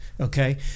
Okay